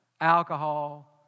alcohol